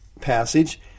passage